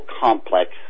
complex